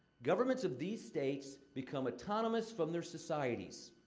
governments of these states become autonomous from their societies.